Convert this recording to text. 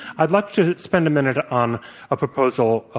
i'd like to spend a minute on a proposal